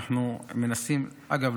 אגב,